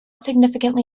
significantly